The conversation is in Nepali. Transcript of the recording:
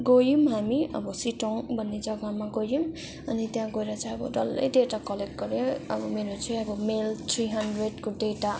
गयौँ हामी अब सिटोङ भन्ने जगामा गयौँ अनि त्यहाँ गएर चाहिँ अब डल्लै डेटा कलेक्ट गऱ्यो अब मेरो चाहिँ अब मेल थ्री हन्ड्रेडको डेटा